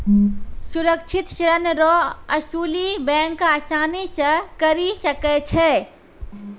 सुरक्षित ऋण रो असुली बैंक आसानी से करी सकै छै